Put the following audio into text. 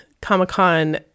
Comic-Con